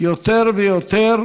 יותר ויותר